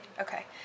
Okay